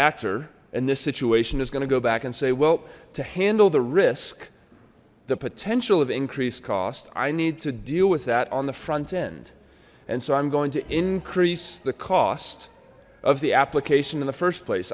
actor in this situation is going to go back and say well to handle the risk the potential of increased cost i need to deal with that on the front end and so i'm going to increase the cost of the application in the first place